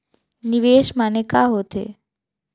निवेश माने का होथे?